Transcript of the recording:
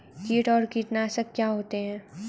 कीट और कीटनाशक क्या होते हैं?